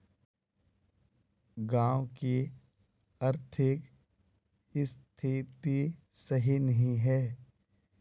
गाँव की आर्थिक स्थिति सही नहीं है?